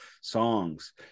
songs